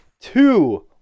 two